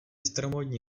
staromódní